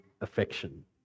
affection